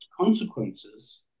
consequences